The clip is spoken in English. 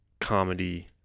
comedy